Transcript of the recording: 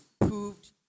proved